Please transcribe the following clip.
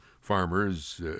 farmer's